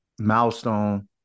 milestone